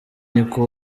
niko